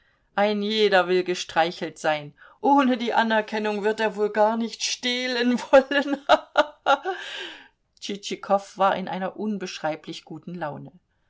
ein jeder will gestreichelt sein ohne die anerkennung wird er wohl gar nicht stehlen wollen ha ha ha tschitschikow war in einer unbeschreiblich guten laune